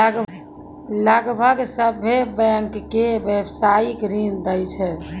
लगभग सभ्भे बैंकें व्यवसायिक ऋण दै छै